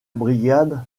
brigade